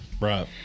Right